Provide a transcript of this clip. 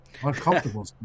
Uncomfortable